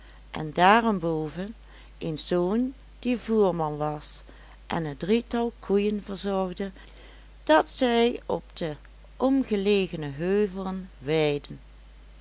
en daarenboven een zoon die voerman was en het drietal koeien verzorgde dat zij op de omgelegene heuvelen weidde